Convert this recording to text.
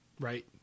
Right